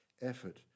effort